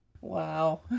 Wow